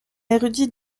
érudit